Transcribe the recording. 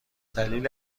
دلیل